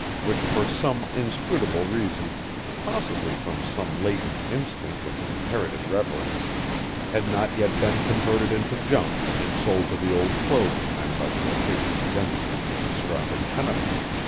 which for some inscrutable reason possibly from some latent instinct of inherited reverence had not yet been converted into junk and sold to the old clothes men by the rapacious denizens of the surrounding tenements.